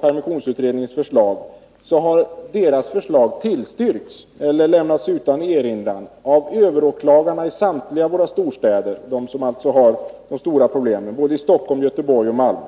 Permissionsutredningens förslag har i remissomgången tillstyrkts eller lämnats utan erinran av överåklagarna i samtliga våra storstäder — som har de stora problemen, både i Stockholm, Göteborg och Malmö